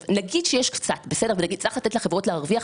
נגיד שיש קצת וצריך לתת לחברות להרוויח,